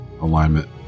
alignment